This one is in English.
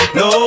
no